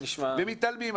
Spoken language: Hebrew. ומתעלמים.